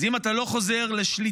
אז אם אתה לא חוזר לשליטה,